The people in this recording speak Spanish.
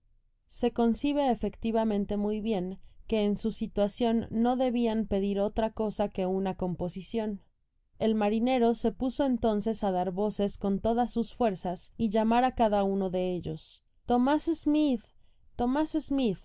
se concibe efectivamente muy bien que en su situacion no debian pedir otra cosa que una composicion el imarinero se puso entonces á dar voces con todas sus fuerzas y llamar á uno de ellos tomás